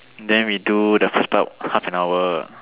then we do the first part half an hour